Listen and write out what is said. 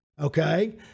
okay